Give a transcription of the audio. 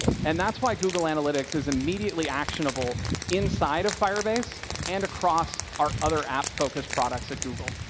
and that's why google analytics is immediately actionable inside of firebase and across our other app focused products at google.